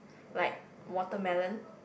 like watermelon